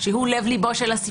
שהוא לב הסיפור,